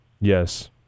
Yes